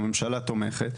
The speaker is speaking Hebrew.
הממשלה תומכת,